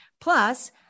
Plus